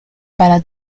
para